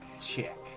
check